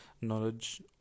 knowledge